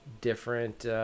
Different